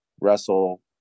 wrestle